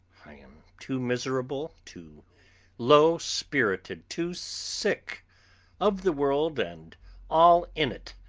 i am too miserable, too low-spirited, too sick of the world and all in it,